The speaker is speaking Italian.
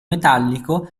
metallico